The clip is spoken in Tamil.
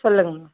சொல்லுங்கம்மா